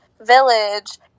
Village